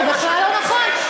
זה בכלל לא נכון.